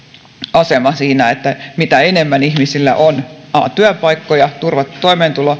asema siinä että mitä enemmän ihmisillä on työpaikkoja turvattu toimeentulo